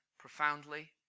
profoundly